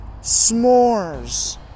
S'mores